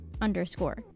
underscore